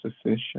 sufficient